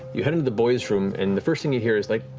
you head into the boys' room, and the first thing you hear is like,